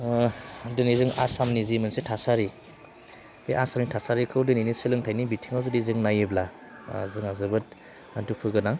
दिनै जों आसामनि जि मोनसे थासारि बे आसामनि थासारिखौ दिनैनि सोलोंथाइ बिथिङाव जुदि जों नायोब्ला जोंहा जोबोद दुखु गोनां